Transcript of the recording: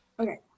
Okay